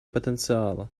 потенциала